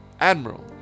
Admiral